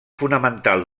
fonamental